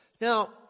now